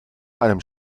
einem